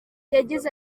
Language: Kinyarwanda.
yagize